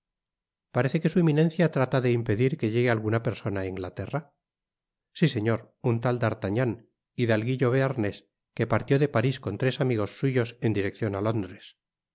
parece que su eminencia trata de impedir que llegue alguna persona á inglaterra si señor un tal d'artagnan hidalguillo bearnés que partió de paris con tres amigos suyos en direccion á londres